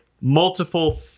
multiple